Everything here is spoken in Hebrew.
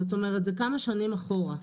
זאת אומרת, זה כמה שנים אחורה.